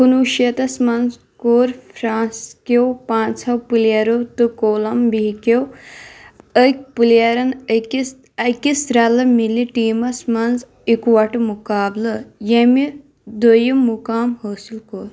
کُنوُہ شیٚتس منٛز کوٚر فرٛانٛس کٮ۪و پانٛژو پلیرو تہٕ کولمبیا ہٕکیو أکۍ پلیرن أکِس أکِس رلہٕ مِلہٕ ٹیٖمس منٛز اِکوٹہٕ مقابلہٕ ییٚمہِ دوٚیِم مُقام حٲصِل کوٚر